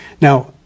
Now